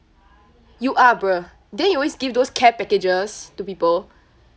you are bruh then you always give those care packages to people